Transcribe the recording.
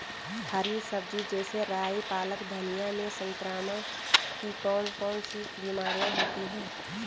हरी सब्जी जैसे राई पालक धनिया में संक्रमण की कौन कौन सी बीमारियां होती हैं?